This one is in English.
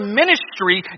ministry